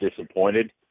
disappointed